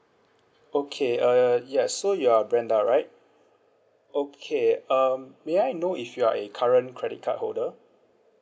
okay uh yes so you are brenda right okay um may I know if you're a current credit card holder